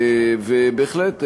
ובהחלט,